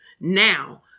Now